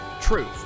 Truth